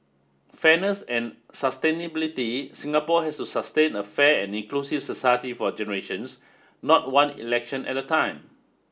fairness and sustainability Singapore has to sustain a fair and inclusive society for generations not one election at a time